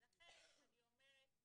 ולכן אני אומרת,